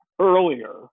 earlier